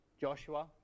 Joshua